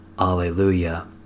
Alleluia